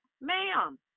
Ma'am